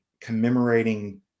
commemorating